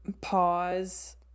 Pause